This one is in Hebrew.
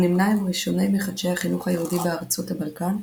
הוא נמנה עם ראשוני מחדשי החינוך היהודי בארצות הבלקן,